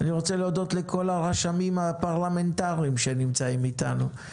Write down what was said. אני מודה לכל הרשמים הפרלמנטריים שנמצאים אתנו,